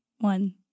one